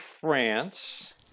France